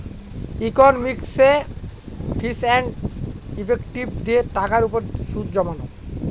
ইকনমিকসে ফিচ and effective দিয়ে টাকার উপর সুদ জমানো